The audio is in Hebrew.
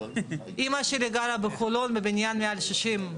אמא שלי גרה בחולון בבניין מעל 60,